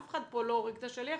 אף אחד פה לא הורג את השליח,